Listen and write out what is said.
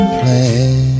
plan